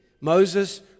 Moses